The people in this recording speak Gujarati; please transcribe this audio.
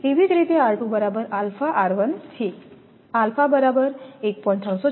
તેવી જ રીતેબરાબર છે બરાબર 1